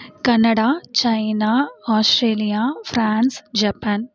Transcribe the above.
Canada China Australia France Japan